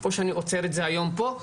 או שאני עוצר את זה היום פה,